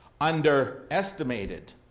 underestimated